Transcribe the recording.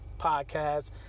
podcast